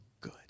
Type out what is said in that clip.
good